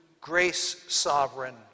grace-sovereign